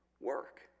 work